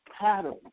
pattern